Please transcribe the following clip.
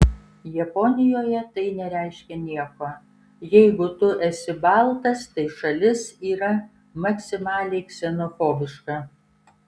japonijoje tai nereiškia nieko jeigu tu esi baltas tai šalis yra maksimaliai ksenofobiška